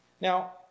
Now